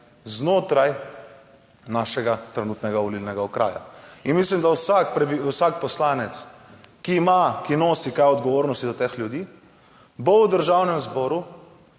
znotraj našega trenutnega volilnega okraja in mislim, da vsak, vsak poslanec, ki ima, ki nosi kaj odgovornosti do teh ljudi, bo v Državnem zboru